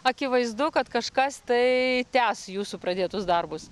akivaizdu kad kažkas tai tęs jūsų pradėtus darbus